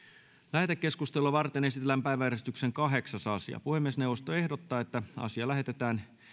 lähetekeskustelua varten esitellään päiväjärjestyksen kahdeksas asia puhemiesneuvosto ehdottaa että asia lähetetään